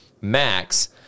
Max